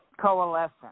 coalescence